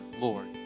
Lord